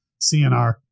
CNR